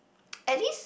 at least